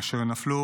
אשר נפלו